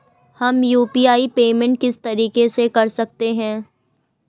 हम UPI payment किस तरीके से कर सकते हैं?